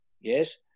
yes